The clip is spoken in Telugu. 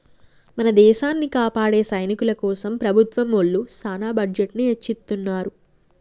మన దేసాన్ని కాపాడే సైనికుల కోసం ప్రభుత్వం ఒళ్ళు సాన బడ్జెట్ ని ఎచ్చిత్తున్నారు